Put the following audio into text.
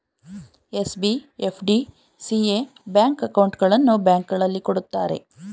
SB, FD, CA bank ಅಕೌಂಟ್ಗಳನ್ನು ಬ್ಯಾಂಕ್ಗಳಲ್ಲಿ ಕೊಡುತ್ತಾರೆ